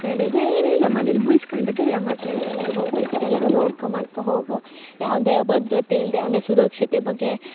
ಕಡೆಗೆ ಏನಿಲ್ಲ ಮನೇಲ್ ಬೈಸ್ಕಂಡದ್ದೆಯಾ ಮತ್ತೆ ಹಿಂಗೆ ಎಲ್ಲಾರೂ ಹೋಗ್ಬೇಕಾರೆ ಎಲ್ಲಾರೂ ನೋಡ್ಕ ಮಾಡ್ಕ ಹೋಗು ಯಾವುದೇ ಅಭದ್ರತೆ ಇಲ್ಲದೆ ಅಂದರೆ ಸುರಕ್ಷತೆ ಬಗ್ಗೆ